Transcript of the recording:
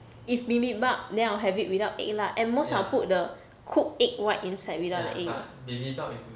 if bibimbap then I'll have it without egg lah at most I will put the cooked egg white inside without the egg yolk